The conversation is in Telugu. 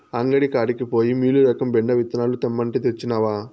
అంగడి కాడికి పోయి మీలురకం బెండ విత్తనాలు తెమ్మంటే, తెచ్చినవా